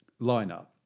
lineup